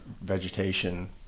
vegetation